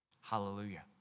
hallelujah